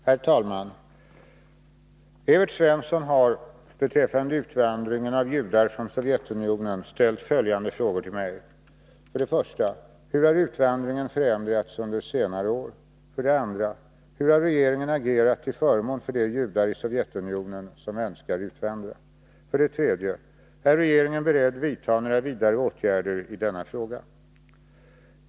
Herr talman! Evert Svensson har beträffande utvandringen av judar från Sovjetunionen ställt följande frågor till mig: 1. Hur har utvandringen förändrats under senare år? 2. Hur har regeringen agerat till förmån för de judar i Sovjetunionen som önskar utvandra? 3. Är regeringen beredd vidta några vidare åtgärder i denna fråga?